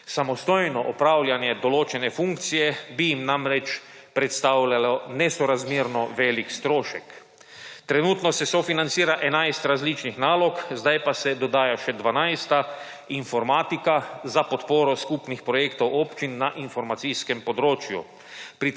Samostojno opravljanje določene funkcije bi jim namreč predstavljalo nesorazmerno velik strošek. Trenutno se sofinancira 11 različnih nalog sedaj pa se dodaja še 12 informatika za podporo skupnih projektov občin na informacijskem področju.